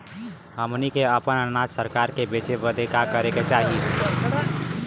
हमनी के आपन अनाज सरकार के बेचे बदे का करे के चाही?